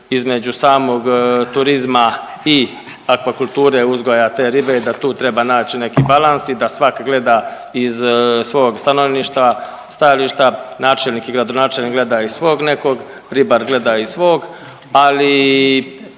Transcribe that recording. između samog turizma i aquakulture uzgoja te ribe, da tu treba naći neki balans i da svak gleda iz svog stanovišta, stajališta. Načelnik i gradonačelnik gleda iz svog nekog, ribar gleda iz svog, ali